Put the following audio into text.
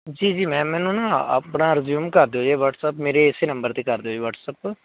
ਜੀ ਜੀ ਮੈਮ ਮੈਨੂੰ ਨਾ ਆਪਣਾ ਰਿਜਊਮ ਕਰ ਦਿਓ ਜੀ ਵਟਸਐਪ ਮੇਰੇ ਇਸੇ ਨੰਬਰ 'ਤੇ ਕਰ ਦਿਓ ਜੀ ਵਟਸਐਪ